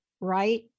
right